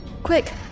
Quick